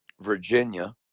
Virginia